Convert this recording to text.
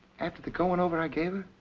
after the going over i gave